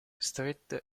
strette